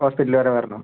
hospital വരെ വരണോ